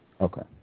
Okay